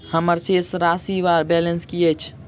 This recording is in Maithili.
हम्मर शेष राशि वा बैलेंस की अछि?